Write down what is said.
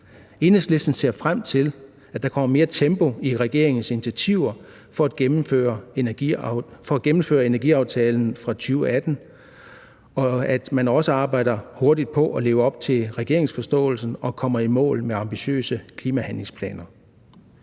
Enhedslisten ser frem til, at der kommer mere tempo i regeringens initiativer for at gennemføre energiaftalen fra 2018, og at man også arbejder hurtigt på at leve op til regeringsforståelsespapiret og kommer i mål med ambitiøse klimahandlingsplaner.